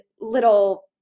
little